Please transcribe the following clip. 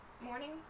morning